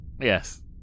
Yes